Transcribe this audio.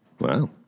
Wow